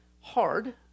hard